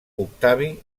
octavi